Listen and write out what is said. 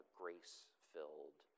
grace-filled